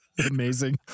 amazing